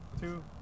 two